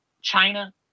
China